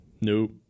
Nope